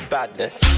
Badness